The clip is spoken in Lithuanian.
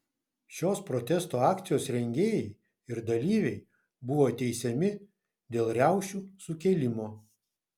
šios protesto akcijos rengėjai ir dalyviai buvo teisiami dėl riaušių sukėlimo